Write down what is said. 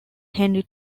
henry